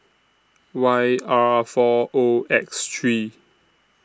Y R four O X three